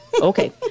Okay